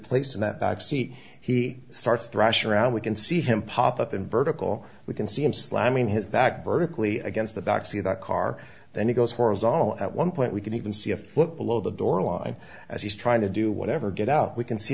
and that i've see he starts thrash around we can see him pop up in vertical we can see him slamming his back vertically against the back see that car then he goes horizontal at one point we can even see a foot below the door line as he's trying to do whatever get out we can see